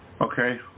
Okay